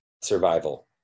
survival